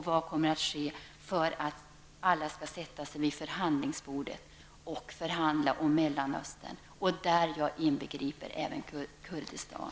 Vad kommer att ske för att alla skall sätta sig vid förhandlingsbordet och förhandla om Mellanöstern -- där jag inbegriper även Kurdistan?